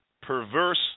perverse